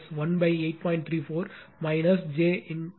34 j XC